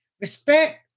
respect